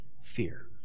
fear